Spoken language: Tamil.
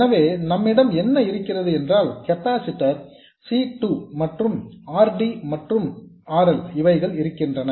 எனவே நம்மிடம் என்ன இருக்கிறது என்றால் கெப்பாசிட்டர் C 2 மற்றும் R D மற்றும் R L இவைகள் இருக்கின்றன